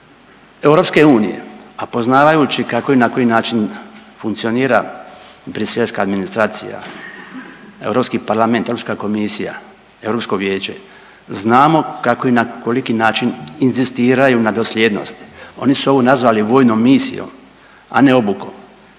Ovo je misija EU, a poznavajući kako i na koji način funkcionira briselska administracija, Europski parlament, Europska komisija, Europsko vijeće, znamo kako i na koliki način inzistiraju na dosljednosti, oni su ovo nazvali vojnom misijom, a ne obukom.